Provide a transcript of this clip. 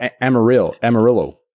Amarillo